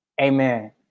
amen